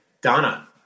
Donna